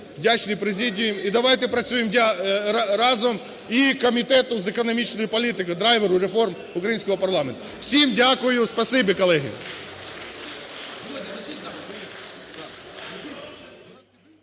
президії. І давайте, працюємо разом. І Комітету з економічної політики – драйверу реформ українського парламенту. Всім дякую! Спасибі, колеги!